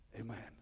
Amen